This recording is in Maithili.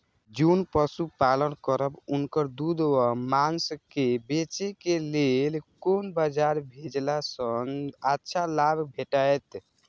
जोन पशु पालन करब उनकर दूध व माँस के बेचे के लेल कोन बाजार भेजला सँ अच्छा लाभ भेटैत?